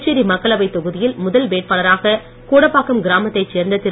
புதுச்சேரி மக்களவை தொகுதியில் முதல் வேட்பாளராக கூடப்பாக்கம் கிராமத்தை சேர்ந்த திரு